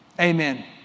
Amen